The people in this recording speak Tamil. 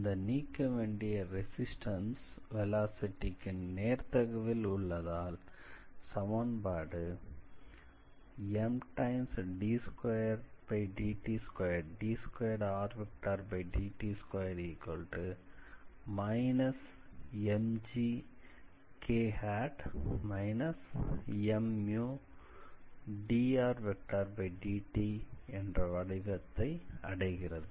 அந்த நீக்க வேண்டிய ரெசிஸ்டன்ஸ் வெலாசிட்டிக்கு நேர்த்தகவில் உள்ளதால் சமன்பாடு md2rdt2−mgk−mdrdt என்ற வடிவத்தை அடைகிறது